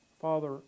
Father